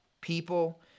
people